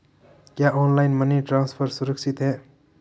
क्या online money transfer सुरक्षित है?